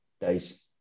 days